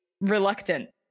reluctant